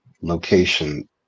location